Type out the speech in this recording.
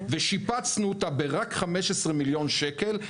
ושיפצנו אותה רק ב-15 מיליון שקל.